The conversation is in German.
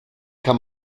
kann